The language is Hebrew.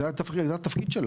זה התפקיד שלו.